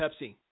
pepsi